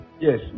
Yes